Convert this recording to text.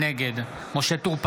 נגד משה טור פז,